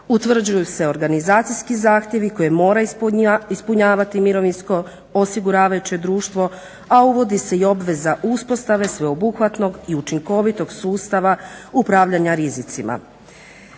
Utvrđuju se organizacijski zahtjevi koje mora ispunjavati mirovinsko osiguravajuće društvo, a uvodi se i obveza uspostave sveobuhvatnog i učinkovitog sustava upravljanja rizicima.